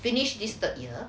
finish this third year